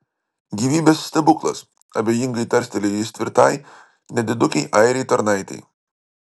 gyvybės stebuklas abejingai tarstelėjo jis tvirtai nedidukei airei tarnaitei